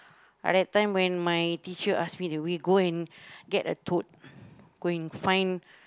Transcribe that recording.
ah that time when my teacher ask me did we go and get a toad go and find